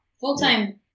full-time